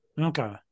Okay